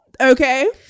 okay